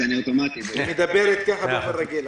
אז אני אוטומטית --- היא מדברת ככה באופן רגיל.